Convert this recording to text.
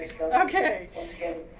Okay